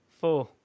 Four